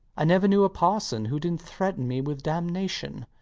i never knew a parson who didnt threaten me with damnation.